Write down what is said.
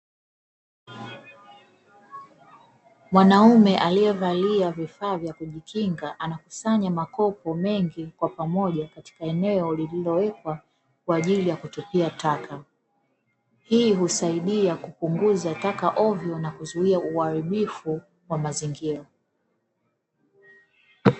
Mwanaume aliyevalia vifaa vya kujikinga anakusanya makopo mengi kwa pamoja, katika eneo lililowekwa kwa ajili ya kutupia taka. Hii husaidia kupunguza taka ovyo na kuzuia uharibifu wa mazingira.